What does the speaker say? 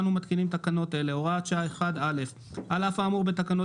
אנו מתקינים תקנות אלה: תקנה 1 הוראות שעה (א)על אף האמור בתקנות